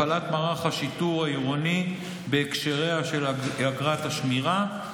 הפעלת מערך השיטור העירוני בהקשריה של אגרת השמירה,